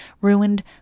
ruined